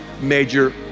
major